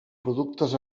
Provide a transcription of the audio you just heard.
productes